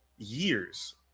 Years